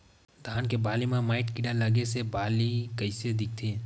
धान के बालि म माईट कीड़ा लगे से बालि कइसे दिखथे?